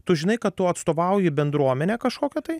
tu žinai kad tu atstovauji bendruomenę kažkokią tai